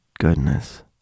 goodness